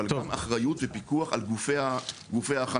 אבל גם אחריות ופיקוח על גופי ההכנה.